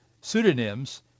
pseudonyms